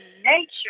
nature